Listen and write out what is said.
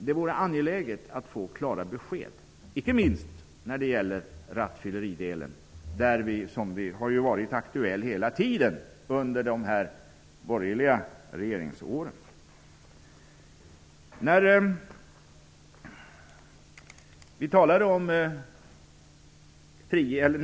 Det vore angeläget att få klara besked, inte minst när det gäller rattfylleridelen som under de borgerliga regeringsåren har varit aktuell hela tiden.